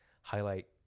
highlight